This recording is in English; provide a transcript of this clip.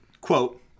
quote